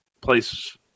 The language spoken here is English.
place